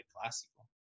classical